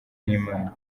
n’imana